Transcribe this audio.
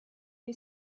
new